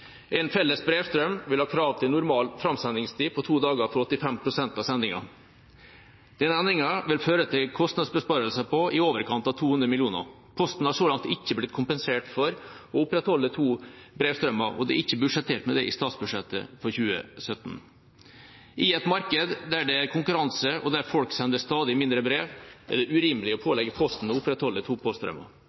Én felles brevstrøm vil ha krav til normal framsendingstid på to dager for 85 pst. av sendingene. Denne endringen vil føre til kostnadsbesparelser på i overkant av 200 mill. kr. Posten har så langt ikke blitt kompensert for å opprettholde to brevstrømmer, og det er ikke budsjettert med det i statsbudsjettet for 2017. I et marked der det er konkurranse, og der folk sender stadig færre brev, er det urimelig å pålegge Posten å opprettholde to poststrømmer.